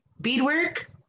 beadwork